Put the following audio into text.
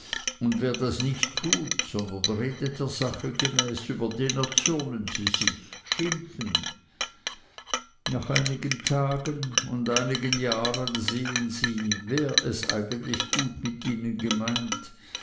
und wer das nicht tut sondern redet der sache gemäß über den erzürnen sie sich schimpfen nach einigen tagen und einigen jahren sehen sie wer es eigentlich gut mit ihnen gemeint